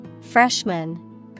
Freshman